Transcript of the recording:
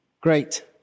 Great